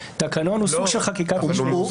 תקנון הוא סוג של חקיקת משנה.